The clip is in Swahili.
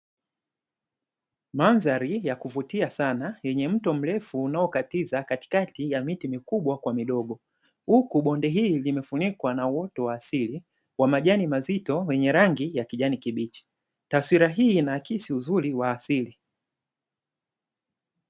Madhari ya kuvutia sana yenye mto mrefu unaokatiza katikati ya miti mikubwa kwa midogo huku bonde hili limefunikwa na uoto wa asili wa majani mazito wenye rangi ya kijani kibichi, taswira hii inaakisi uzuri wa asili.